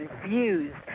confused